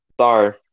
sorry